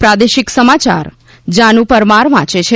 પ્રાદેશિક સમાચાર જાનુ પરમાર વાંચે છે